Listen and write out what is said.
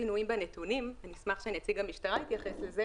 שינויים בנתונים נשמח שנציג המשטרה יתייחס לזה